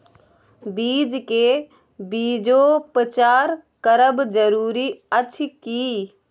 बीज के बीजोपचार करब जरूरी अछि की?